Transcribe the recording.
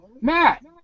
Matt